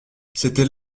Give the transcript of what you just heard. c’était